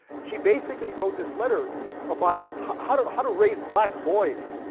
she basically wrote this letter about ah how to how to raise black boys,